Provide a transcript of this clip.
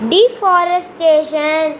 Deforestation